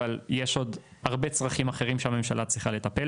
אבל יש עוד הרבה צרכים אחרים שהממשלה צריכה לטפל